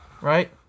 right